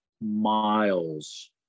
miles